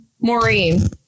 maureen